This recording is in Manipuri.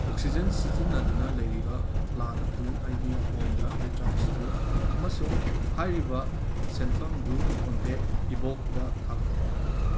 ꯑꯣꯛꯁꯤꯖꯦꯟ ꯁꯤꯖꯤꯟꯅꯗꯨꯅ ꯂꯩꯔꯤꯕ ꯄ꯭ꯂꯥꯟ ꯑꯗꯨ ꯑꯩꯒꯤ ꯐꯣꯟꯗ ꯔꯤꯆꯥꯔꯆ ꯇꯧ ꯑꯃꯁꯨꯡ ꯍꯥꯏꯔꯤꯕ ꯁꯦꯟꯐꯝꯗꯨ ꯀꯣꯟꯇꯦꯛ ꯏꯕꯣꯛꯇ ꯊꯥꯈꯣ